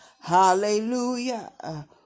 Hallelujah